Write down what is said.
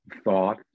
thought